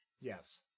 yes